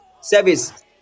service